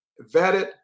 vetted